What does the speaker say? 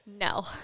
No